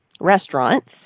restaurants